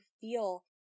feel